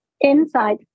inside